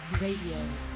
radio